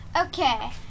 Okay